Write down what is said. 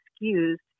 excused